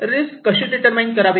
risk कशी determines करावी